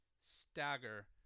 stagger